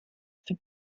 for